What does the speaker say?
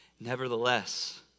Nevertheless